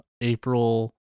April